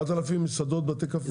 9,000 מסעדות ובתי קפה?